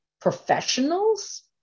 professionals